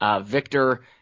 victor